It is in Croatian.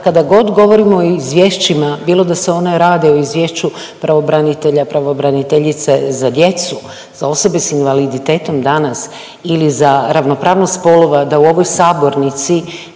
kada god govorimo o izvješćima bilo da se one rade o izvješću pravobranitelja, pravobraniteljice za djecu, za osobe s invaliditetom danas ili za ravnopravnost spolova da u ovoj sabornici